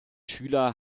schüler